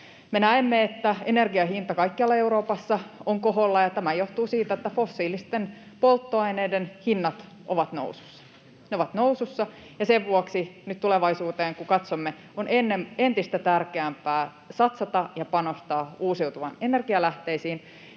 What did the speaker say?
näemme, että energian hinta kaikkialla Euroopassa on koholla, ja tämä johtuu siitä, että fossiilisten polttoaineiden hinnat ovat nousussa. Ne ovat nousussa, ja sen vuoksi nyt, tulevaisuuteen kun katsomme, on entistä tärkeämpää satsata ja panostaa uusiutuviin energialähteisiin,